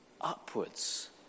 upwards